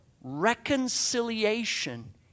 reconciliation